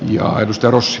ja edustavuus